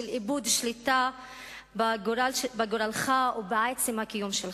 של איבוד שליטה בגורלך ובעצם הקיום שלך.